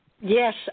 Yes